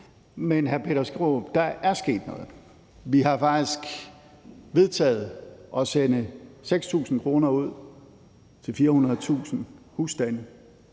Men, hr. Peter Skaarup, der er sket noget. Vi har faktisk vedtaget at sende 6.000 kr. ud til 400.000 husstande.